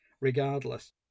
regardless